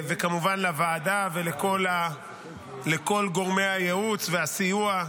וכמובן, לוועדה ולכל גורמי הייעוץ והסיוע,